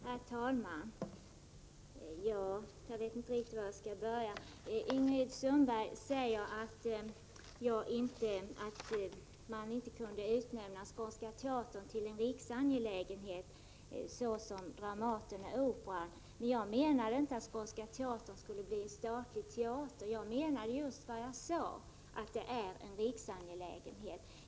Herr talman! Jag vet inte riktigt vad jag skall börja med. Ingrid Sundberg säger att man inte kan utnämna Skånska teatern till en riksangelägenhet på samma sätt som Dramaten och Operan. Jag menade inte att Skånska teatern skulle bli en statlig teater. Jag menade just vad jag sade, nämligen att den är en riksangelägenhet.